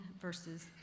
verses